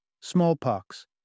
smallpox